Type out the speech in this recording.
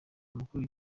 umukuru